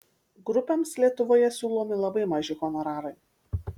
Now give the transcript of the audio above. grupėms lietuvoje siūlomi labai maži honorarai